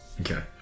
Okay